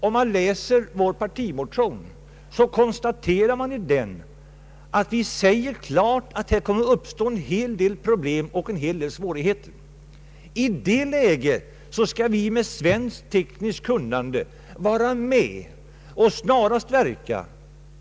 Om man läser vår partimotion kan man konstatera att det där klart sägs att det kommer att uppstå en hel del problem och svårigheter. I det läget skall vi med svenskt tekniskt kunnande snarast medverka.